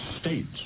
states